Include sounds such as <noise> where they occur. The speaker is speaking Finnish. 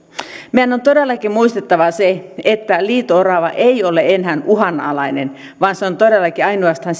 meidän on todellakin muistettava se että liito orava ei ole enää uhanalainen vaan se on todellakin ainoastaan <unintelligible>